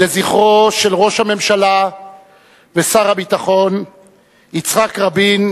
לזכרו של ראש הממשלה ושר הביטחון יצחק רבין,